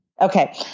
Okay